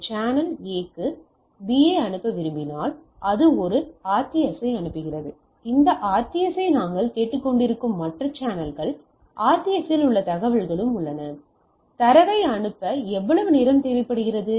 ஒரு channel A க்கு B ஐ அனுப்ப விரும்பினால் அது ஒரு RTS ஐ அனுப்புகிறது இந்த RTS ஐ மற்ற சேனல்கள் RTS இல் தகவல்களும் உள்ளன தரவை அனுப்ப எவ்வளவு நேரம் தேவைப்படுகிறது